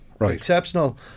Exceptional